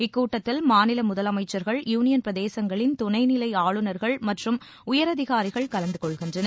இக்கூட்டத்தில் மாநில முதலமைச்சர்கள் யூனியன் பிரதேசங்களின் துணை நிலை ஆளுநர்கள் மற்றும் உயர் அதிகாரிகள் கலந்து கொள்கின்றனர்